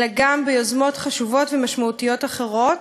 אלא גם ביוזמות חשובות ומשמעותיות אחרות,